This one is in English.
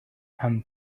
and